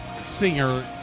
singer